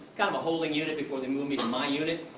kind of a holding unit before they move me to my unit.